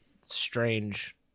strange